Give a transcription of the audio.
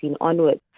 onwards